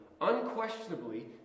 unquestionably